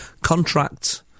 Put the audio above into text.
Contract